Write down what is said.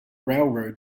railroad